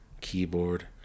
Keyboard